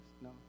No